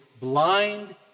blind